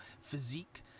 physique